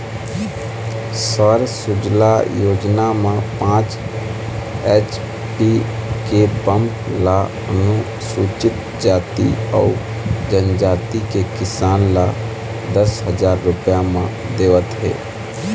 सौर सूजला योजना म पाँच एच.पी के पंप ल अनुसूचित जाति अउ जनजाति के किसान ल दस हजार रूपिया म देवत हे